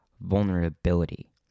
vulnerability